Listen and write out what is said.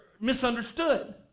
misunderstood